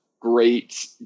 Great